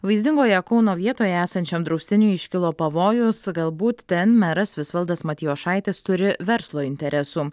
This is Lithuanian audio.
vaizdingoje kauno vietoje esančiam draustiniui iškilo pavojus galbūt ten meras visvaldas matijošaitis turi verslo interesų